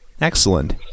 Excellent